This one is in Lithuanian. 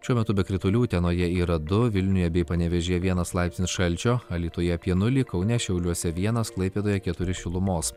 šiuo metu be kritulių utenoje yra du vilniuje bei panevėžyje vienas laipsnis šalčio alytuje apie nulį kaune šiauliuose vienas klaipėdoje keturi šilumos